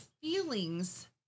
feelings